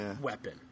weapon